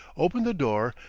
opened the door,